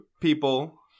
people